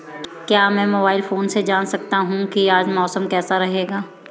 क्या मैं mobile phone से जान सकता हूँ कि आज मौसम कैसा रहेगा?